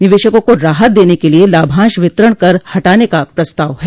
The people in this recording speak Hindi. निवेशकों को राहत देने के लिए लाभांश वितरण कर हटाने का प्रस्ताव है